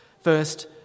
First